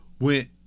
went